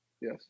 Yes